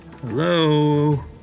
Hello